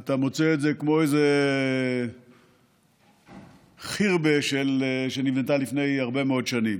אתה מוצא את זה כמו איזה ח'רבה שנבנתה לפני הרבה מאוד שנים.